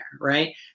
right